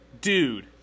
Dude